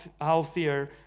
healthier